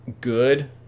good